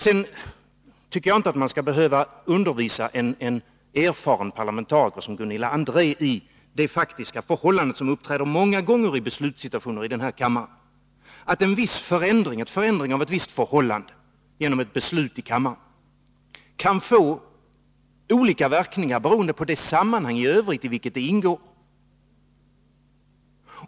Jag tycker inte att man skall behöva undervisa en så erfaren parlamentariker som Gunilla André i det faktiska förhållande som många gånger uppträder i beslutssituationer i denna kammare, nämligen att en genom beslut vidtagen förändring kan få olika verkningar, beroende på det sammanhang i vilken den i övrigt ingår.